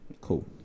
Cool